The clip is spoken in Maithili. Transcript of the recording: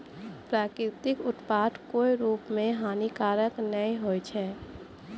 प्राकृतिक उत्पाद कोय रूप म हानिकारक नै होय छै